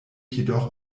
jedoch